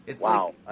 Wow